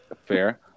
Fair